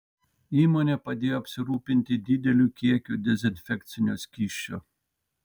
įmonė padėjo apsirūpinti dideliu kiekiu dezinfekcinio skysčio